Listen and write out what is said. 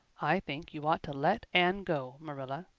i think you ought to let anne go, marilla.